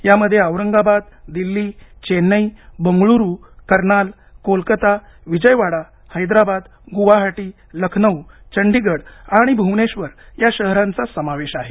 यामध्ये औरंगाबाद दिल्ली चेन्नई बंगळूरु कर्नाल कोलकता विजयवाडा हैदराबाद गुवाहाटी लखनौ चंडीगड आणि भुवनेश्वर या शहरांचा समावेश आहे